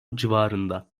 civarında